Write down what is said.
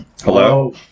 Hello